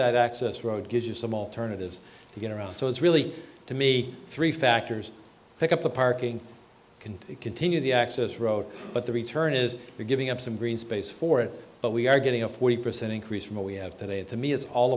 that access road gives you some alternatives to get around so it's really to me three factors take up a parking can continue the access road but the return is giving up some green space for it but we are getting a forty percent increase from what we have today to me it's all